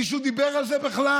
מישהו דיבר על זה בכלל?